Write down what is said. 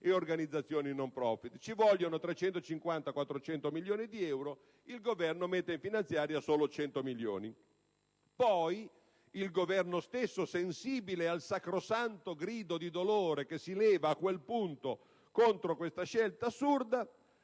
e organizzazioni *non profit*. Ci vogliono 350-400 milioni di euro e il Governo stanzia nella manovra finanziaria solo 100milioni di euro. Poi il Governo stesso, sensibile al sacrosanto grido di dolore che si leva a quel punto contro questa scelta assurda,